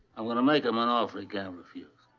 i'm going to make him an offer he can't refuse.